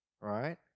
right